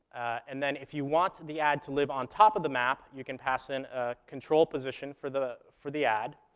and then if you want the ad to live on top of the map, you can pass in a control position for the for the ad,